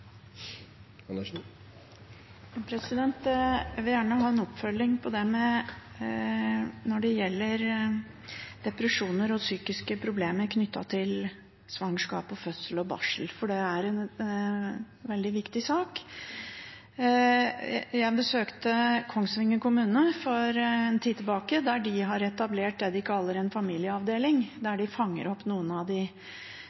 Jeg vil gjerne ha en oppfølging når det gjelder depresjoner og psykiske problemer knyttet til svangerskap, fødsel og barsel, for det er en veldig viktig sak. Jeg besøkte Kongsvinger kommune for en tid tilbake, der de har etablert det de kaller en familieavdeling, der